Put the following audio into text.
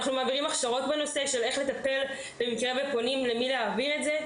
אנחנו מעבירים הכשרות איך לטפל באלה שפונים ואל מי מעבירים את זה.